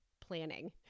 planning